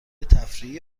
تفریحی